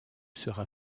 sera